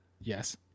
Yes